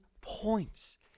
points